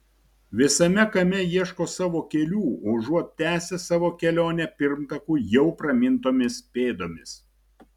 visame kame ieško savo kelių užuot tęsę savo kelionę pirmtakų jau pramintomis pėdomis